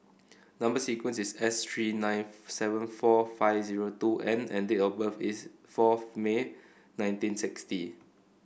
number sequence is S three nine seven four five zero two N and date of birth is fourth May nineteen sixty